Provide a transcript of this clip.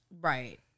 Right